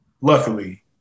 Luckily